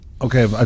okay